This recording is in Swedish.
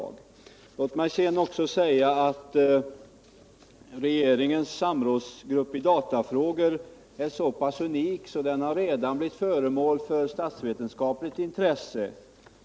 Låt mig sedan också säga att regeringens samrådsgrupp i datafrågor är så pass unik att den redan blir föremål för statsvetenskapligt intresse.